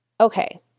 okay